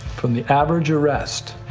from the average arrest.